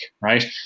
right